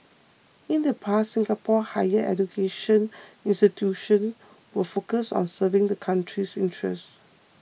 in the past Singapore's higher education institutions were focused on serving the country's interests